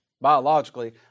biologically